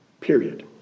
Period